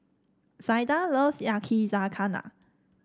Zaida loves Yakizakana